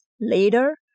Later